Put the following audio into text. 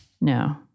No